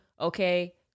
Okay